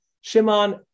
Shimon